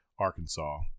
arkansas